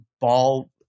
Ball